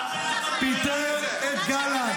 מתי ראית את הצפון?